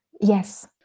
yes